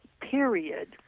period